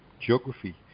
geography